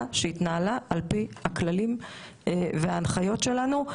שהתנהלה על פי הכללים וההנחיות שלנו.